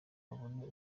babone